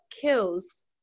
kills